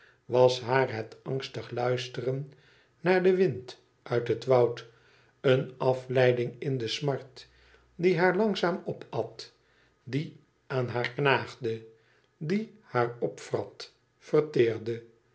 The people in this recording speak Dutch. was haar het angstig luisteren naar den wind uit het woud een afleiding in de smart die haar langzaam opat die aan haar knaagde die haar opvrat verteerde